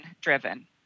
driven